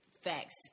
Facts